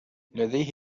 لديه